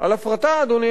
אדוני היושב-ראש,